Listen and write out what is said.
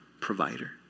provider